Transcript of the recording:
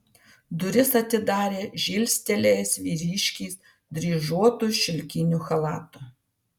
duris atidarė žilstelėjęs vyriškis dryžuotu šilkiniu chalatu